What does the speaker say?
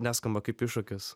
neskamba kaip iššūkis